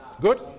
Good